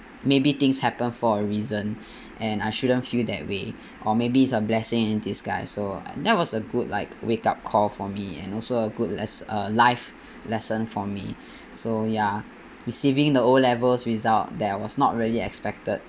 maybe things happen for a reason and I shouldn't feel that way or maybe it's a blessing in disguise so that was a good like wake-up call for me and also a good les~ uh life lesson for me so ya receiving the O levels result that was not really expected